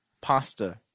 pasta